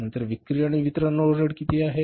नंतर विक्री आणि वितरण ओव्हरहेड किती आहे